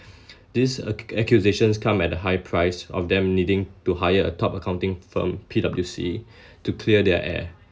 these accu~ accusations come at a high price of them needing to hire a top accounting firm P_W_C to clear their air